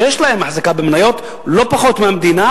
שיש להם החזקה במניות לא פחות מהמדינה,